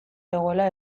zegoela